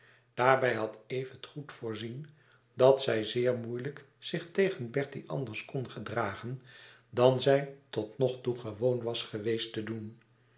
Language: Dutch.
daarbij had eve het goed voorzien dat zij zeer moeilijk zich tegen bertie anders kon gedragen dan zij tot nog toe gewoon was geweest te doen